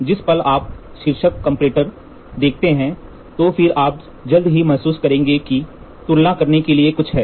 जिस पल आप शीर्षक कंपैरेटर देखते हैं तो फिर आप जल्दी से महसूस करेंगे कि तुलना करने के लिए कुछ है